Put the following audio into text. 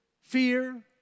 fear